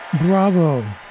Bravo